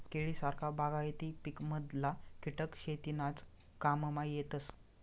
केळी सारखा बागायती पिकमधला किटक शेतीनाज काममा येतस